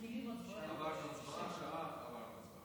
והאמת היא שגם בכנסת השמונה-עשרה שלפניה,